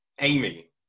Amy